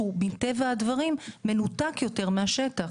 שמטבע הדברים הוא יותר מנותק מהשטח.